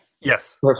Yes